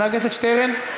מוותר.